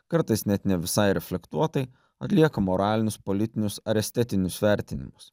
kartais net ne visai reflektuotai atlieka moralinius politinius ar estetinius vertinimus